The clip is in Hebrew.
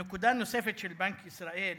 נקודה נוספת של בנק ישראל,